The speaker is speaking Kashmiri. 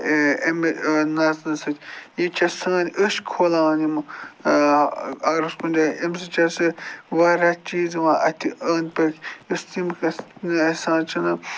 اَمہِ نژنہٕ سۭتۍ یہِ چھےٚ سٲنۍ أچھ کھُلاوان یِمہٕ اگر أسۍ کُنہِ جایہِ اَمہِ سۭتۍ چھِ اَسہِ واریاہ چیٖز یِوان اَتھِ أندۍ پٔکۍ یۄس تِم گژھِ